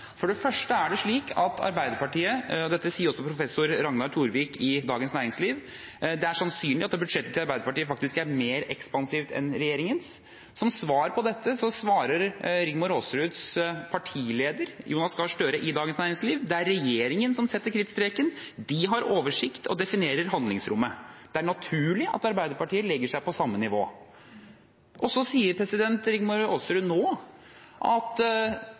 For det første er det slik at – og dette sier også professor Ragnar Torvik i Dagens Næringsliv – det er sannsynlig at budsjettet til Arbeiderpartiet faktisk er mer ekspansivt enn regjeringens. Som svar på dette svarer Rigmor Aasruds partileder, Jonas Gahr Støre, i Dagens Næringsliv at det er regjeringen som setter krittstreken, de som har oversikt og definerer handlingsrommet, og at det er naturlig at Arbeiderpartiet legger seg på samme nivå. Så sier representanten Rigmor Aasrud nå at